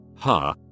Ha